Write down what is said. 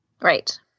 Right